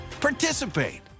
participate